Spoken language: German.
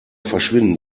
verschwinden